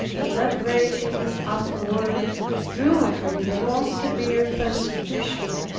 but that very thing afterward drew on me the most severe persecution.